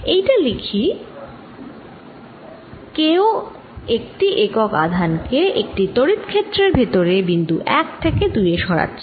এটা লিখি কেউ একটি একক আধান কে একটি তড়িৎ ক্ষেত্রের ভেতরে বিন্দু 1 থেকে 2 এ সরাচ্ছে